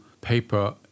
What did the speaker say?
paper